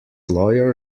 lawyer